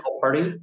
party